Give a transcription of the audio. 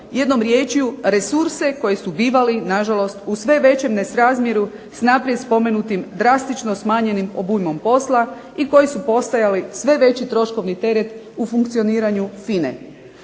jednom riječju resurse koji su bili na žalost u sve većem nesrazmjeru s naprijed spomenutim drastično smanjenim obujmom posla i koji su postajali sve veći troškovni teret u funkcioniranju FINA-e.